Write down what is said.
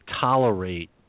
tolerate